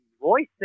voicing